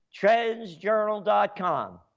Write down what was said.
TrendsJournal.com